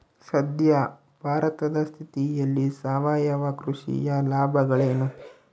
ಸದ್ಯ ಭಾರತದ ಸ್ಥಿತಿಯಲ್ಲಿ ಸಾವಯವ ಕೃಷಿಯ ಲಾಭಗಳೇನು?